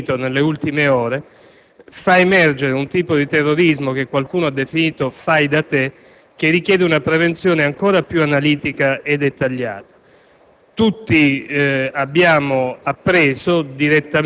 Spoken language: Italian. ma sappiamo anche che ciò che è accaduto nel Regno Unito nelle ultime ore fa emergere un tipo di terrorismo che qualcuno ha definito «fai da te» e che richiede un'attività di prevenzione particolarmente analitica e dettagliata.